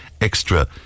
extra